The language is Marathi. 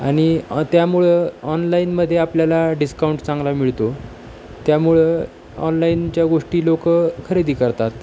आणि त्यामुळं ऑनलाईनमध्ये आपल्याला डिस्काउंट चांगला मिळतो त्यामुळं ऑनलाईनच्या गोष्टी लोकं खरेदी करतात